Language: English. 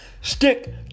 stick